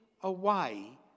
away